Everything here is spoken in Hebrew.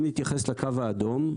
אם נתייחס לקו האדום,